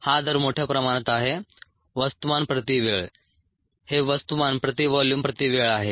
हा दर मोठ्या प्रमाणात आहे वस्तुमान प्रति वेळ हे वस्तुमान प्रति व्हॉल्यूम प्रति वेळ आहे